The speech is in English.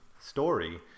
story